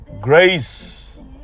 grace